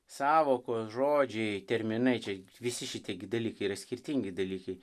sąvokos žodžiai terminai čia visi šitie gi dalykai yra skirtingi dalykai